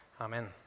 Amen